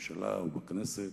בממשלה ובכנסת,